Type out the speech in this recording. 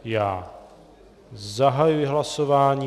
Já zahajuji hlasování.